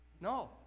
No